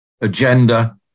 agenda